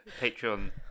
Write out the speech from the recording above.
Patreon